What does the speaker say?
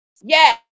Yes